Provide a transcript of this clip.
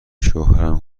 شوهرم